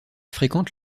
fréquente